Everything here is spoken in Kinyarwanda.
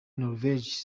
norvège